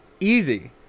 Easy